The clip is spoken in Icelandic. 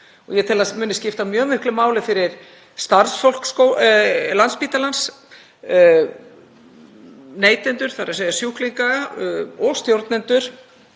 Ég tel að það muni skipta mjög miklu máli fyrir starfsfólk Landspítalans, neytendur, þ.e. sjúklinga, og stjórnendur,